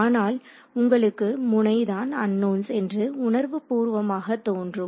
ஆனால் உங்களுக்கு முனை தான் அன்னோன்ஸ் என்று உணர்வுபூர்வமாக தோன்றும்